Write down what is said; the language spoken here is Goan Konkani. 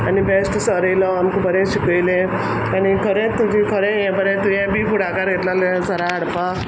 आनी बॅस्ट सर येयलो आमकां बरें शिकयलें आनी खरें तुजी खरें यें बरें तुंयें बी फुडाकार घेतलो ल सरा हाडपा